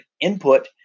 input